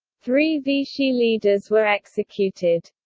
three vichy leaders were executed.